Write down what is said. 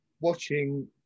watching